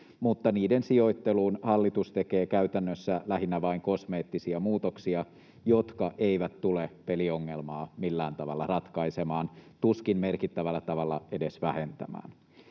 mutta niiden sijoitteluun hallitus tekee käytännössä lähinnä vain kosmeettisia muutoksia, jotka eivät tule peliongelmaa millään tavalla ratkaisemaan, tuskin merkittävällä tavalla edes vähentämään.